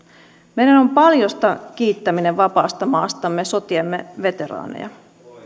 meidän on paljosta kiittäminen vapaasta maastamme sotiemme veteraaneja